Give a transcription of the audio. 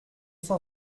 cent